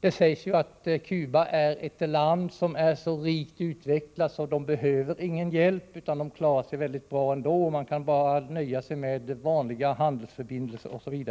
Det sägs att Cuba är ett så rikt utvecklat land att det inte behöver någon hjälp utan klarar sig bra ändå; man kan nöja med sig vanliga handelsförbindelser osv.